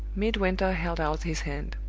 midwinter held out his hand.